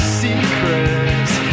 secrets